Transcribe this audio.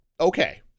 okay